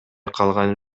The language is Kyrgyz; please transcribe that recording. калган